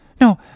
No